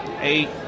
eight